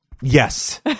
Yes